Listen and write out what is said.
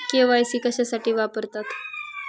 KYC कशासाठी वापरतात?